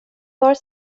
var